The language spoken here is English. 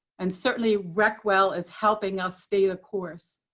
and certainly, recwell is helping us stay the course.